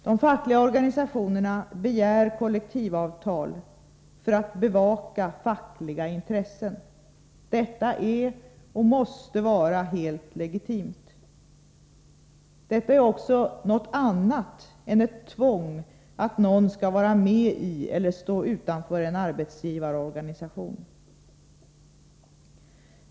De fackliga organisationerna begär kollektivavtal för att bevaka fackliga intressen. Detta är och måste vara helt legitimt. Detta är också något annat än ett tvång att någon skall vara med i eller stå utanför en arbetsgivarorganisation.